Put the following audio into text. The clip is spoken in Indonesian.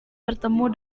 bertemu